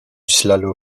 slalom